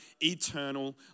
eternal